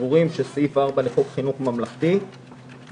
סבורים שסעיף 4 לחוק חינוך ממלכתי מדבר